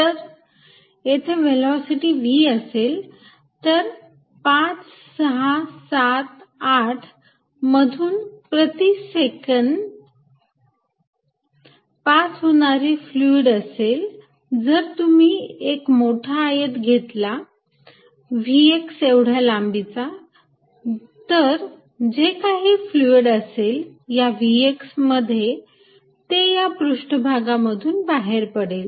जर येथे velocity v असेल तर 5 6 7 8 मधून प्रति सेकंड पास होणारे फ्लुईड असेल जर तुम्ही एक मोठा आयत घेतला Vx एवढ्या लांबीचा तर जे काही फ्लुईड असेल या Vx मध्ये ते या पृष्ठभागामधून बाहेर पडेल